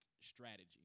strategy